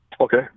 Okay